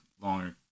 longer